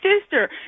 sister